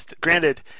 Granted